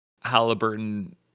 Halliburton